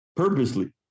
Purposely